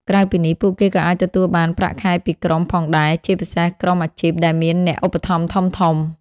ក្រៅពីនេះ ពួកគេក៏អាចទទួលបាន ប្រាក់ខែពីក្រុម ផងដែរ ជាពិសេសក្រុមអាជីពដែលមានអ្នកឧបត្ថម្ភធំៗ។